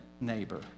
neighbor